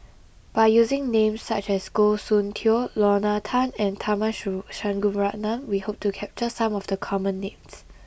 by using names such as Goh Soon Tioe Lorna Tan and Tharman Shanmugaratnam we hope to capture some of the common names